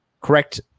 correct